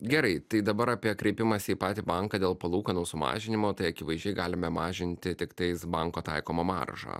gerai tai dabar apie kreipimąsi į patį banką dėl palūkanų sumažinimo tai akivaizdžiai galime mažinti tiktais banko taikomą maržą